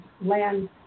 land